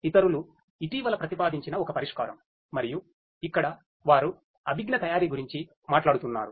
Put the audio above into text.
al ఇటీవల ప్రతిపాదించిన ఒక పరిష్కారం మరియు ఇక్కడ వారు అభిజ్ఞా తయారీ గురించి మాట్లాడుతున్నారు